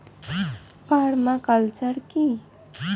Parma culture কি?